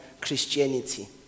Christianity